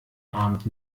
abend